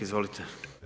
Izvolite.